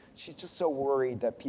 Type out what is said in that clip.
she's just so worried that,